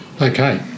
Okay